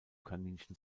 kaninchen